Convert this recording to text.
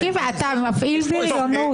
תקשיב, אתה מפעיל בריונות.